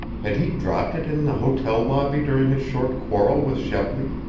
had he dropped it in the hotel lobby during his short quarrel with shepley,